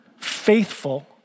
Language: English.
faithful